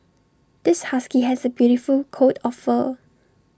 this husky has A beautiful coat of fur